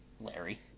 Larry